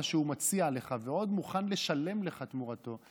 שהוא מציע לך ועוד מוכן לשלם לך תמורתו,